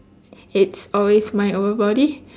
it's always mind over body